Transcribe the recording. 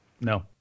No